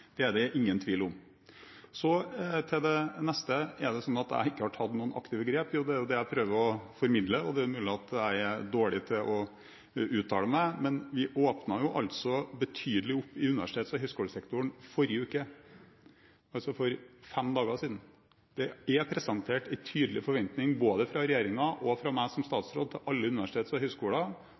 Det er det ingen tvil om. Så til det neste, om det er slik at jeg ikke har tatt noen aktive grep: Jo, det er jo det jeg prøver å formidle. Det er mulig at jeg er dårlig til å uttale meg, men vi åpnet betydelig opp i universitets- og høyskolesektoren i forrige uke, altså for fem dager siden. Det er presentert en tydelig forventning til alle universiteter og høyskoler, både fra regjeringen og fra meg som statsråd,